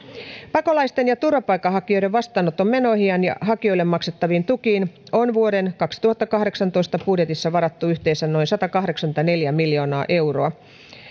pakolaisten ja turvapaikanhakijoiden vastaanoton menoihin ja hakijoille maksettaviin tukiin on vuoden kaksituhattakahdeksantoista budjetissa varattu yhteensä noin satakahdeksankymmentäneljä miljoonaa euroa